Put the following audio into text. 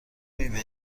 میوه